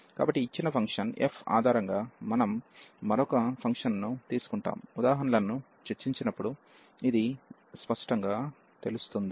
కాబట్టి ఇచ్చిన function f ఆధారంగా మనం మరొక ఫంక్షన్ తీసుకుంటాము ఉదాహరణలను చర్చించినప్పుడు ఇది స్పష్టంగా తెలుస్తుంది